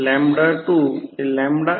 1 दिला आहे तर २ Z 0